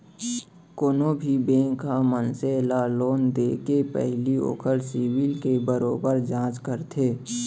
कोनो भी बेंक ह मनसे ल लोन देके पहिली ओखर सिविल के बरोबर जांच करथे